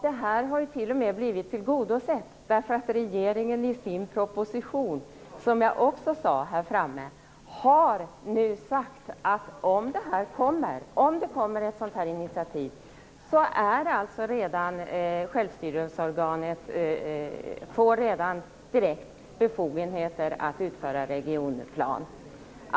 Det här har t.o.m. blivit tillgodosett, i och med att regeringen i sin proposition, som jag också sade från talarstolen, nu har sagt att om det kommer ett sådant initiativ får självstyrelseorganet direkt befogenheter att utföra en regionplan.